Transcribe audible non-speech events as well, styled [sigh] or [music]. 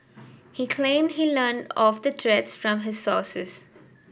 he claimed he learn of the [unintelligible] from his sources